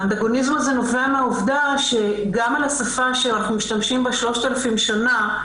האנטגוניזם הזה נובע מהעובדה שגם על השפה שאנחנו משתמשים בה 3,000 שנה,